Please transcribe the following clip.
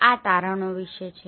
આ તારણો વિશે છે